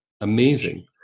amazing